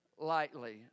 lightly